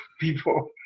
people